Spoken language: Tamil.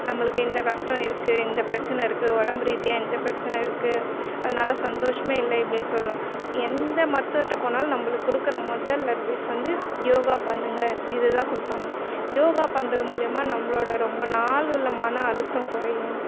நம்மளுக்கு இந்த கஷ்டம் இருக்குது இந்த பிரச்சின இருக்குது உடம்பு ரீதியாக இந்த பிரச்சின இருக்குது அதனால் சந்தோஷமே இல்லை இப்படின்னு சொல்வோம் எந்த மருத்துவர்கிட்ட போனாலும் நம்மளுக்கு கொடுக்குற முதல் அட்வைஸ் வந்து யோகா பண்ணுங்க இதுதான் கொடுப்பாங்க யோகா பண்ணுறது மூலைமா நம்மளோட ரொம்ப நாள் உள்ளே மனஅழுத்தம் குறையும்